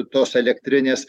tos elektrinės